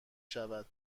شود